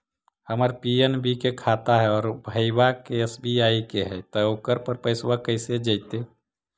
हमर पी.एन.बी के खाता है और भईवा के एस.बी.आई के है त ओकर पर पैसबा कैसे जइतै?